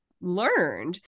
learned